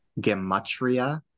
gematria